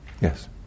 Yes